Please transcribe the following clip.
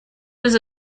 was